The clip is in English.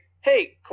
hey